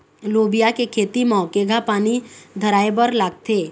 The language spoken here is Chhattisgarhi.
लोबिया के खेती म केघा पानी धराएबर लागथे?